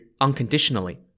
unconditionally